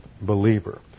believer